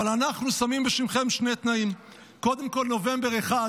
אבל אנחנו שמים בשמכם שני תנאים: קודם כול נובמבר 1,